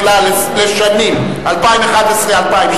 הוצאות חירום אזרחיות,